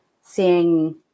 seeing